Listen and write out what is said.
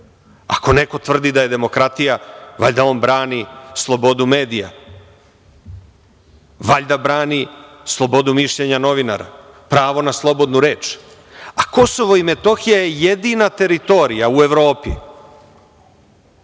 neko tvrdi da je demokratija, valjda on brani slobodu medija, valjda brani slobodu mišljenja novinara, pravo na slobodnu reč. Kosovo i Metohija je jedina teritorija u Evropi,